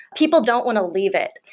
people don't want to leave it.